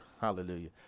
Hallelujah